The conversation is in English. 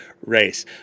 race